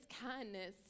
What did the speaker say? kindness